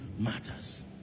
matters